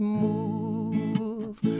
move